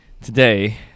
today